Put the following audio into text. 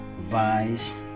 vice